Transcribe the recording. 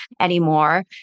anymore